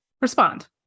respond